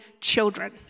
children